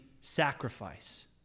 sacrifice